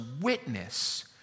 witness